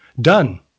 done